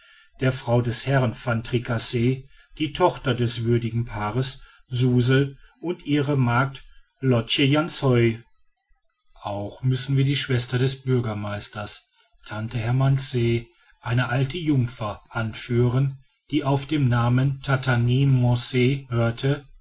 der frau des herrn van tricasse die tochter des würdigen paares suzel und ihre magd lotch janshu auch müssen wir die schwester des bürgermeisters tante hermance eine alte jungfer anführen die auf den namen tatanmance hörte